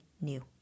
new